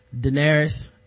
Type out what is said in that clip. Daenerys